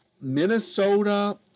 Minnesota